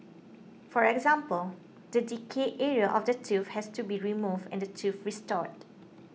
for example the decayed area of the tooth has to be removed and the tooth restored